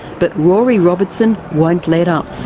but rory robertson won't let up.